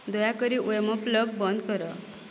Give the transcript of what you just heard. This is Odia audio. ଦୟାକରି ୱେମୋ ପ୍ଲଗ୍ ବନ୍ଦ କର